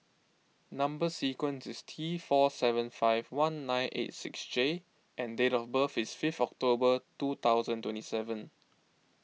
Number Sequence is T four seven five one nine eight six J and date of birth is fifth October two thousand and twenty seven